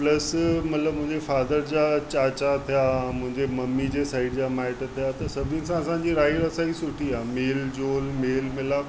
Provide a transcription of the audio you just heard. plus मतिलबु मुंहिंजे father जा चाचा थिया मुंहिंजे मम्मी जे साइड जा माइट थिया त सभिनी सां असांजी रायूं असांजी सुठी आहे मेल झोल मेल मिलाव